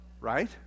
Right